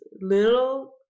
little